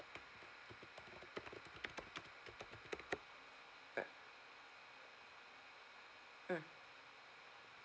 mm mm